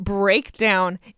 breakdown